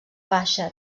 baixa